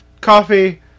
coffee